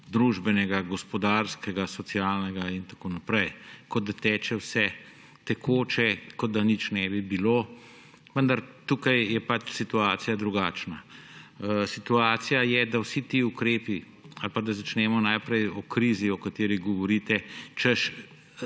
družbenega, gospodarskega, socialnega in tako naprej. Kot da teče vse tekoče, kot da nič ne bi bilo, vendar tukaj je situacija drugačna. Situacija je, da vsi ti ukrepi ‒ ali pa, da začnemo najprej o krizi, o kateri govorite, češ